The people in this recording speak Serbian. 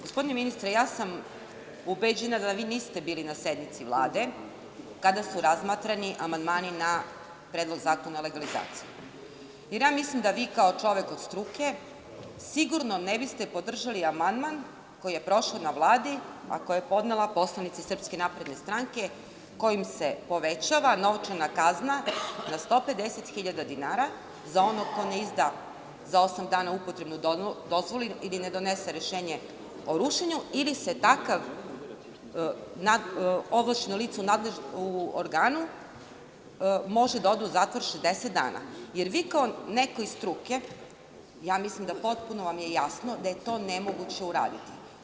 Gospodine ministre, ja sam ubeđena da vi niste bili na sednici Vlade kada su razmatrani amandmani na Predlog zakona o legalizaciji, jer ja mislim da vi kao čovek od struke su sigurno ne biste podržali amandman koji je prošao na Vladi, a koji je podnela poslanica SNS, kojim se povećava novčana kazna na 150.000 dinara za onog ko ne izda za osam dana upotrebnu dozvolu ili ne donese rešenje o rušenju ili ovlašćeno lice u organu može da ode u zatvor 60 dana, jer vama kao nekome iz struke mislim da je potpuno jasno da je to nemoguće uraditi.